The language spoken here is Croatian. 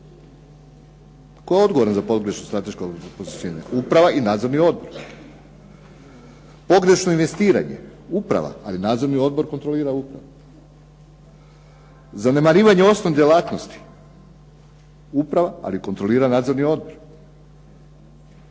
Tko je odgovoran za pogrešno strateško pozicioniranje? Uprava i nadzorni odbor. Pogrešno investiranje, uprava ali nadzorni odbor kontrolira upravu. Zanemarivanje osnovnih djelatnosti, uprava ali kontrolira nadzorni odbor.